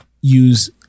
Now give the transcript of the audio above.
use